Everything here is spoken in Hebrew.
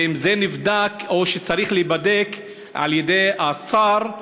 ואם זה נבדק או שצריך להיבדק על-ידי השר.